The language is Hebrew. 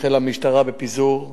החלה המשטרה בפיזור האירוע.